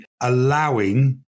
allowing